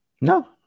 No